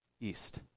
east